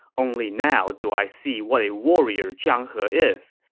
only now do i see what a warrior zhang he is.